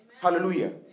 Hallelujah